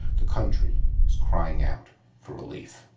the country is crying out for relief.